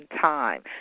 time